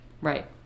Right